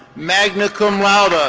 magna cum laude, ah